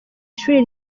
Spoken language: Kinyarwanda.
ishuri